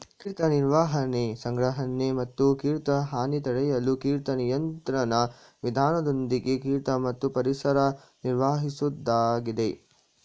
ಕೀಟ ನಿರ್ವಹಣೆ ಸಂಗ್ರಹಣೆ ಮತ್ತು ಕೀಟ ಹಾನಿ ತಡೆಯಲು ಕೀಟ ನಿಯಂತ್ರಣ ವಿಧಾನದೊಂದಿಗೆ ಕೀಟ ಮತ್ತು ಪರಿಸರ ನಿರ್ವಹಿಸೋದಾಗಿದೆ